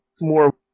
more